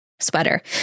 sweater